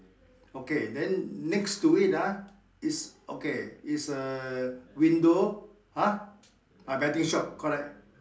okay then next to it ah is okay is a window !huh! ah betting shop correct